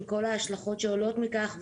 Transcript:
עם כל ההשלכות שעולות מכך,